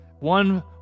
one